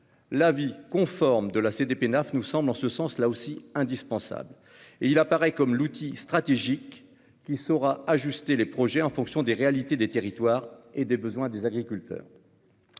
L'avis conforme de la CDPENAF nous semble là aussi indispensable et apparaît comme un outil stratégique pour ajuster les projets en fonction des réalités des territoires et des besoins des agriculteurs.